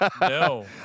no